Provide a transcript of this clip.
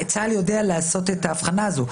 צה"ל יודע לעשות את ההבחנה הזאת,